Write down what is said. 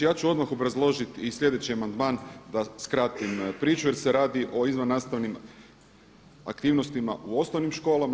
Ja ću odmah obrazložiti i sljedeći amandman da skratim priču, jer se radi o izvan nastavnim aktivnostima u osnovnim školama.